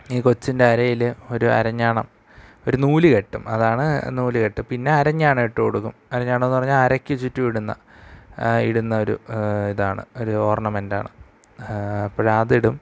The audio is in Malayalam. ഈ കൊച്ചിന്റരയിൽ ഒരു അരഞ്ഞാണം ഒരു നൂല് കെട്ടും അതാണ് നൂല് കെട്ട് പിന്നെ അരഞ്ഞാണം ഇട്ടു കൊടുക്കും അരഞ്ഞാണമെന്നു പറഞ്ഞാൽ അരയ്ക്കു ചുറ്റുമിടുന്ന ഇടുന്നൊരു ഇതാണ് ഒരു ഓർണമെൻറ്റാണ് അപ്പോഴതിടും